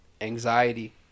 anxiety